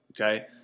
Okay